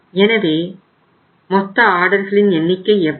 எனவே மொத்த ஆர்டர்களின் எண்ணிக்கை எவ்வளவு